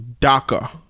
DACA